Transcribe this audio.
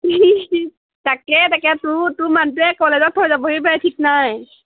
তাকে তাকে তোৰ তোৰ মানুহটোৱে কলেজত থৈ যাবহি পাৰে ঠিক নাই